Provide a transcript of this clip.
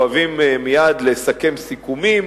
אוהבים מייד לסכם סיכומים.